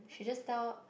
she just tell